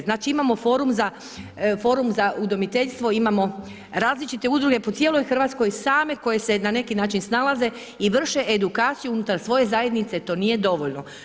Znači imamo forum za udomiteljstvo, imamo različite udruge, po cijeloj Hrvatskoj, same koje se na neki način snalaze i vrše edukaciju unutar svoje zajednice, to nije dovoljno.